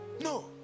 No